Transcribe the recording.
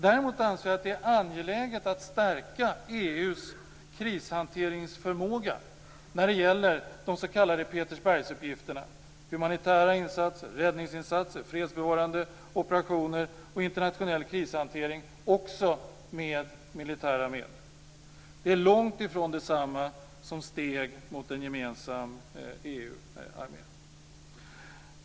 Däremot anser vi att det är angeläget att stärka EU:s krishanteringsförmåga när det gäller de s.k. Petersbergsuppgifterna, humanitära insatser, räddningsinsatser, fredsbevarande operationer och internationell krishantering också med militära medel. Det är långt ifrån detsamma som steg mot en gemensam EU-armé.